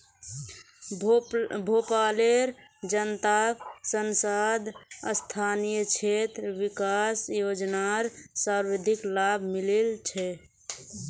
भोपालेर जनताक सांसद स्थानीय क्षेत्र विकास योजनार सर्वाधिक लाभ मिलील छ